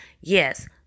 yes